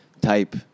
type